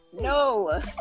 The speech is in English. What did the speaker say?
No